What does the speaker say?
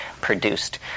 produced